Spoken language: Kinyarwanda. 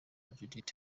judith